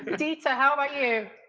ditte, so how about you?